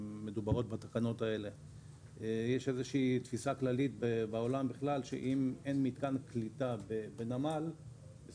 יש תפיסה כללית בעולם שאין אין מתקן קליטה בנמל אז